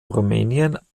rumänien